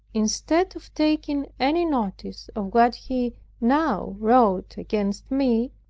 instead of taking any notice of what he now wrote against me,